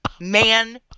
Man